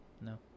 No